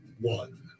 One